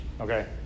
okay